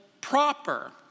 proper